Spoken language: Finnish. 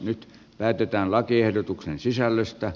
nyt päätetään lakiehdotuksen sisällöstä